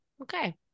Okay